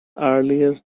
earlier